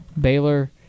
Baylor